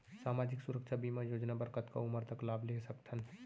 सामाजिक सुरक्षा बीमा योजना बर कतका उमर तक लाभ ले सकथन?